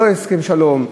לא הסכם שלום,